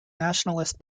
nationalist